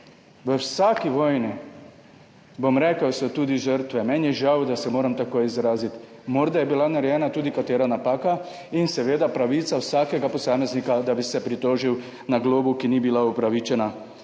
V vsaki vojni, bom rekel, so tudi žrtve, meni je žal, da se moram tako izraziti, morda je bila narejena tudi kakšna napaka in je seveda pravica vsakega posameznika, da bi se pritožil na globo, ki ni bila upravičena.